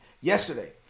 Yesterday